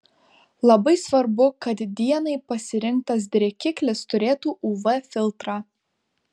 labai svarbu kad dienai pasirinktas drėkiklis turėtų uv filtrą